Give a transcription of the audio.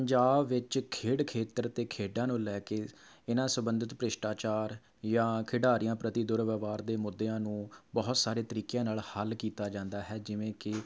ਪੰਜਾਬ ਵਿੱਚ ਖੇਡ ਖੇਤਰ ਤੇ ਖੇਡਾਂ ਨੂੰ ਲੈ ਕੇ ਇਹਨਾਂ ਸਬੰਧਿਤ ਭ੍ਰਿਸ਼ਟਾਚਾਰ ਜਾਂ ਖਿਡਾਰੀਆਂ ਪ੍ਰਤੀ ਦੁਰਵਿਵਹਾਰ ਦੇ ਮੁੱਦਿਆਂ ਨੂੰ ਬਹੁਤ ਸਾਰੇ ਤਰੀਕਿਆਂ ਨਾਲ ਹੱਲ ਕੀਤਾ ਜਾਂਦਾ ਹੈ ਜਿਵੇਂ ਕਿ